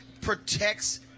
protects